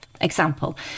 example